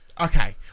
okay